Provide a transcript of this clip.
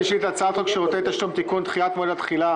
הצעה שלישית הצ"ח שירותי תשלום (תיקון) (דחיית מועד התחילה)